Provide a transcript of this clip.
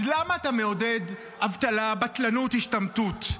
אז למה אתה מעודד אבטלה, בטלנות, השתמטות?